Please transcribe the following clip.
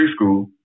preschool